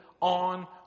on